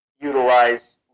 utilize